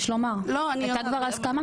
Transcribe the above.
הייתה כבר הסכמה.